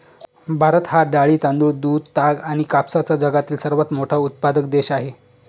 भारत हा डाळी, तांदूळ, दूध, ताग आणि कापसाचा जगातील सर्वात मोठा उत्पादक देश आहे